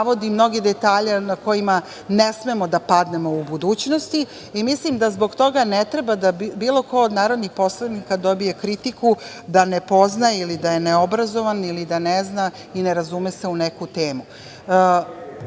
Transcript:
navodi mnoge detalje na kojima ne smemo da padnemo u budućnosti. Mislim da zbog toga ne treba da bilo ko od narodnih poslanika dobije kritiku da ne poznaje ili da je neobrazovan ili da ne zna i ne razume se u neku